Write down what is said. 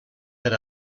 per